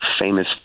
famous